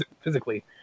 physically